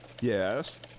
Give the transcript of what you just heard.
Yes